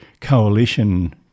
coalition